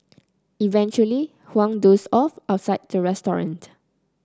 eventually Huang dozed off outside the restaurant